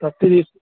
thirty